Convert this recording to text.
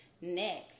next